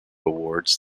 awards